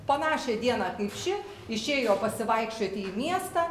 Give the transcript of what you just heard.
panašią dieną kaip ši išėjo pasivaikščioti į miestą